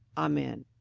amen.